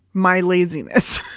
my laziness.